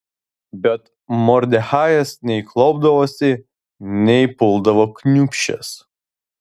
bet mordechajas nei klaupdavosi nei puldavo kniūbsčias